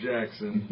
Jackson